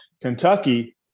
Kentucky